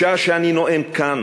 בשעה שאני נואם כאן